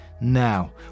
Now